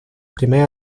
primer